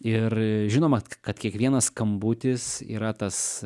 ir žinoma kad kiekvienas skambutis yra tas